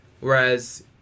Whereas